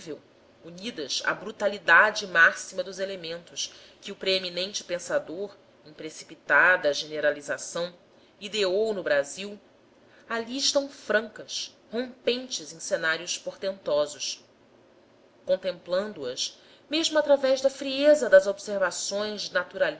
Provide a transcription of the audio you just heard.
inconceptível unidas à brutalidade máxima dos elementos que o preeminente pensador em precipitada generalização ideou no brasil ali estão francas rompentes em cenários portentosos contemplando as mesmo através da frieza das observações